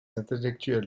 intellectuels